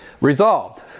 Resolved